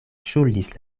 ŝuldis